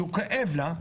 שכואב לה,